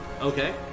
okay